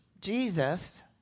Jesus